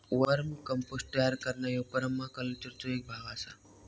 वर्म compost तयार करणा ह्यो परमाकल्चरचो एक भाग आसा